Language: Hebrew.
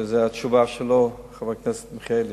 וזאת התשובה שלו לחבר הכנסת מיכאלי: